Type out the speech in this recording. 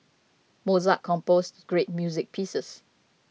Mozart composed great music pieces